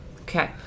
Okay